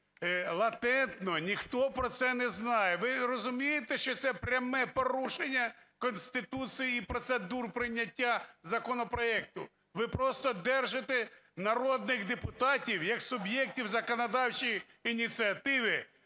латентно, ніхто про це не знає. Ви розумієте, що це пряме порушення Конституції і процедур прийняття законопроекту? Ви просто держите народних депутатів як суб'єктів законодавчої ініціативи